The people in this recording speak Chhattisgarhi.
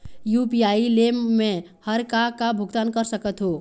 यू.पी.आई ले मे हर का का भुगतान कर सकत हो?